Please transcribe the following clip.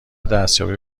دستیابی